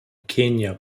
quênia